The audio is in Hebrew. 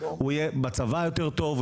הוא יהיה בצבא יותר טוב,